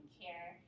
care